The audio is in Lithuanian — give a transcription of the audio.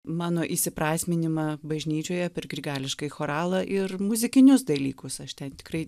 mano įsiprasminimą bažnyčioje per grigališkąjį choralą ir muzikinius dalykus aš ten tikrai